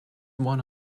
one